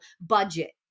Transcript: budget